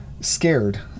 scared